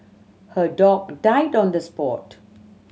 her dog died on the spot